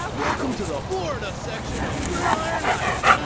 ah welcome to the florida section of gridiron heights!